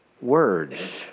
words